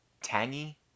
Tangy